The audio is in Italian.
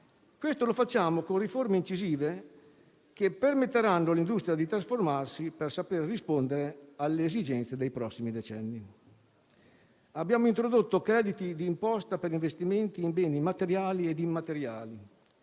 Questo lo facciamo con riforme incisive, che permetteranno all'industria di trasformarsi per saper rispondere alle esigenze dei prossimi decenni. Abbiamo introdotto crediti d'imposta per investimenti in beni materiali ed immateriali